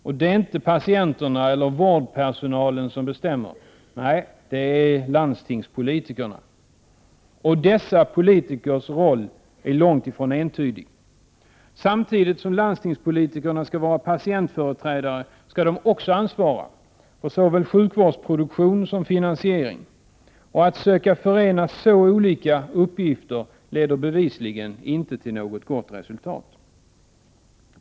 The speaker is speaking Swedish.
Och det är inte 41 patienterna eller vårdpersonalen som bestämmer; det gör landstingspolitikerna. Dessa politikers roll är långt ifrån entydig. Samtidigt som landstingspolitikerna skall vara patientföreträdare skall de också ansvara för såväl sjukvårdsproduktion som finansiering. Att söka förena så olika uppgifter leder bevisligen inte till något gott resultat.